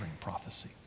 prophecy